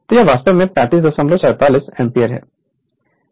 तो यह वास्तव में 3547 एम्पीयर है